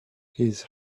his